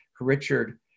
Richard